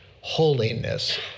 holiness